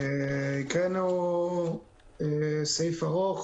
קראנו סעיף ארוך,